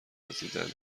وزیدنه